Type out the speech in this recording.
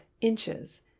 inches